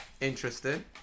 Interesting